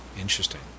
Interesting